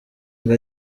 ngo